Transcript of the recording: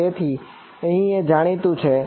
તેથી અહીં એ જાણીતું છે